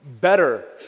better